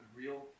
real